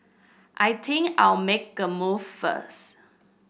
I think I'll make a move first